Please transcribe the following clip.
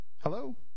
Hello